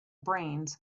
brains